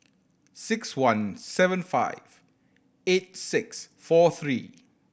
six one seven five eight six four three